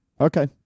Okay